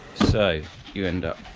so you end up